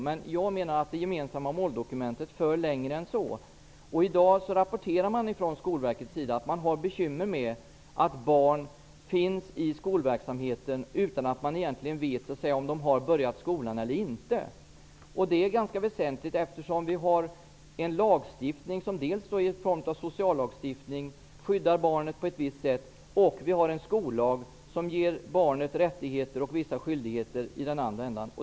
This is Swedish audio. Men det gemensamma måldokumentet för längre än så. I dag rapporterar Skolverket om bekymmer med att barn finns i skolverksamheten utan att man egentligen vet om de har börjat skolan eller inte. Det är ganska väsentligt, eftersom vi har en lagstiftning, dels i form av sociallagen, som skyddar barnet på ett visst sätt, dels i form av skollagen, som ger barnet rättigheter och vissa skyldigheter.